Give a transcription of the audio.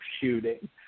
shooting